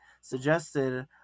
suggested